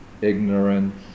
ignorance